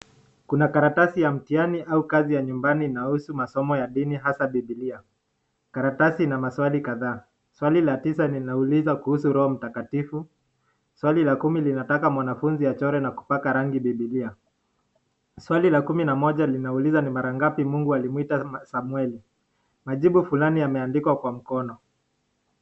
Kuna karatasi ya mtiani au kazi ya nyumbani inayohusu masomo ya dini aswa bibilia. Karatasi Ina maswali kadhaa . Swali la tisa linauliza kuhusu roho mtakatifu , swali la kumi linataka mwanafunzi achore na kupaka rangi bibilia . Swali la kumi na Moja Linauliza ni mara ngapi mungu alimwita samweli . Majibu Fulani yameandikwa kwa mkono.